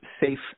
Safe